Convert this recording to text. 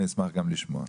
אני אשמח גם לשמוע.